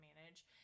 manage